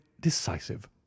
decisive